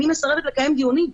אני מסרבת לקיים דיונים.